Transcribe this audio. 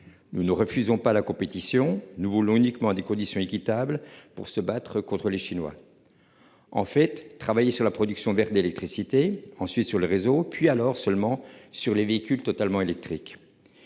Nous ne refusons pas la compétition, nous voulons uniquement à des conditions équitables pour se battre contre les Chinois. En fait travailler sur la production vers d'électricité en Suisse sur les réseaux puis alors seulement sur les véhicules totalement électriques.